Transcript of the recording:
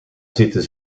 zitten